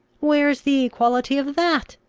where is the equality of that?